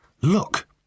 Look